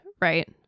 right